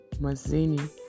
Mazzini